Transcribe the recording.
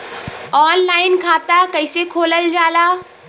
Online खाता कईसे खोलल जाई?